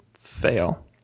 fail